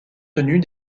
tenue